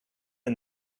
and